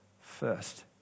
first